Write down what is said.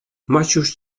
maciuś